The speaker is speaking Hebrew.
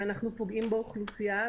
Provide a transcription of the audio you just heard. ואנחנו פוגעים באוכלוסייה.